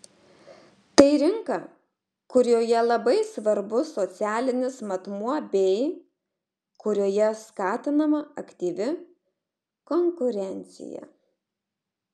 tai rinka kurioje labai svarbus socialinis matmuo bei kurioje skatinama aktyvi konkurencija